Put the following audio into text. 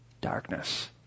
Darkness